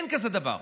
אין דבר כזה.